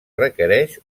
requereix